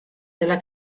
della